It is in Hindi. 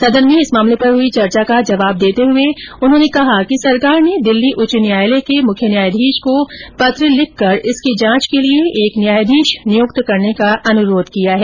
सदन में इस मामले पर हुई चर्चा का जवाब देते हुए उन्होंने कहा कि सरकार ने दिल्ली उच्च न्यायालय के मुख्य न्यायाधीश को पत्र लिखकर इसकी जांच के लिए एक न्यायाधीश नियुक्त करने का अनुरोध किया है